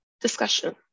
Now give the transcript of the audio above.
discussion